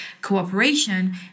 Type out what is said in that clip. cooperation